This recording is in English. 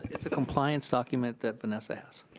it's a compliance documents that vanessa has.